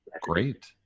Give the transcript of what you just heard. great